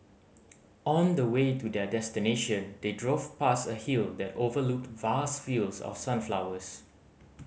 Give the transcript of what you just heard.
on the way to their destination they drove past a hill that overlooked vast fields of sunflowers